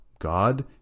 God